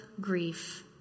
grief